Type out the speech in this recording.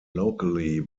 locally